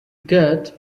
get